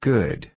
Good